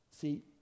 see